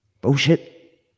Bullshit